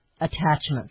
attachments